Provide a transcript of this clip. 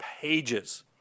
pages